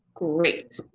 great.